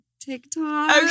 tiktok